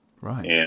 right